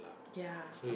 ya